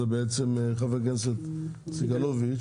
זה בעצם חבר הכנסת סגלוביץ',